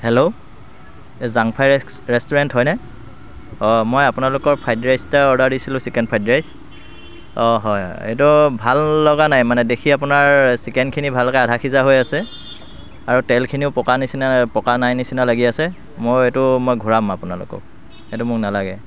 hello এই জাংফাই ৰেক্স ৰেষ্টুৰেণ্ট হয়নে অঁ মই আপোনালোকৰ ফ্ৰাইড ৰাইচ এটা অৰ্ডাৰ দিছিলো চিকেন ফ্ৰাইড ৰাইচ অঁ হয় এইটো ভাল লগা নাই মানে দেখি আপোনাৰ চিকেনখিনি ভালকৈ আধা সিজা হৈ আছে আৰু তেলখিনিও পকা নিছিনা পকা নাই নিচিনা লাগি আছে মই এইটো মই ঘূৰাম আপোনালোকক এইটো মোক নালাগে